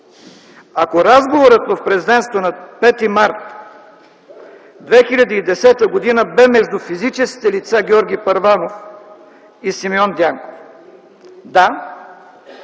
Ако разговорът в Президентството на 5 март 2010 г. бе между физическите лица Георги Първанов и Симеон Дянков, да,